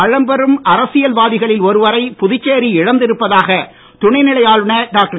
பழம்பெரும் அரசியல்வாதிகளில் ஒருவரை புதுச்சேரி இழந்திருப்பதாக துணைநிலை ஆளுனர் டாக்டர்